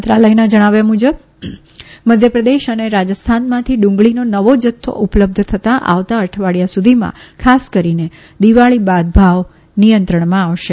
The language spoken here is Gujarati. મંત્રાલયના જણાવ્યા મુજબ મધ્યપ્રદેશ અને રાજસ્થાનમાંથી ડુંગળીનો નવો જથ્થો ઉપલબ્ધ થતાં આવતાં અઠવાડીયા સુધીમાં ખાસ કરીને દિવાળી બાદ ભાવ નિયંત્રણમાં આવશે